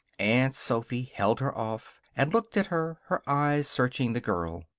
aunt sophy held her off and looked at her, her eyes searching the girl.